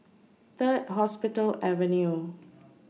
Third Hospital Avenue